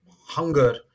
hunger